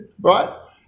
Right